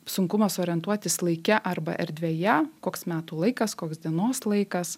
sunkumas orientuotis laike arba erdvėje koks metų laikas koks dienos laikas